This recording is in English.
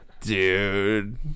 Dude